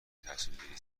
تصمیمگیری